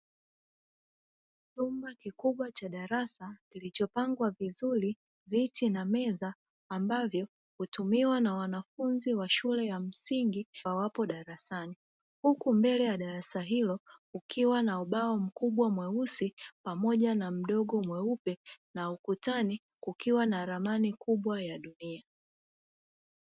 Chumba kikubwa cha darasa; kilichopangwa vizuri viti na meza ambavyo hutumiwa na wanafunzi wa shule ya msingi wawapo darasani, huku mbele ya darasa hilo kukiwa na ubao mkubwa mweusi pamoja na ubao mdogo mweupe, na ukutani kukiwa na ramani kubwa ya dunia.